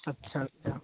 अच्छा अच्छा